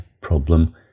problem